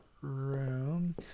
room